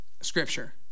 scripture